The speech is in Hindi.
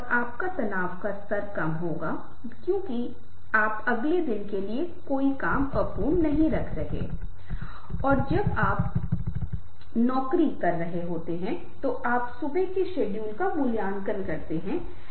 जब हमने कुछ हद तक बोलने के कौशलों के बारे में बात की थी लेकिन प्रस्तुति के संदर्भ में स्थिति आपको अपनी आवाज़ की मात्रा की क्षमता के बारे में पता होना चाहिए